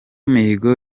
mihigo